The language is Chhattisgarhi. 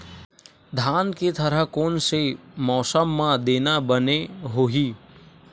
धान के थरहा कोन से मौसम म देना बने होही?